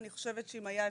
אני חושבת שאם היה אפשר,